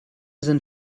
sind